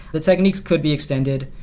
the techniques could be extended.